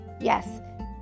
yes